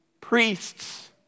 priests